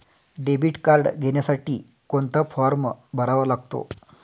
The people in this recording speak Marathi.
डेबिट कार्ड घेण्यासाठी कोणता फॉर्म भरावा लागतो?